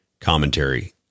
commentary